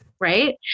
right